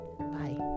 Bye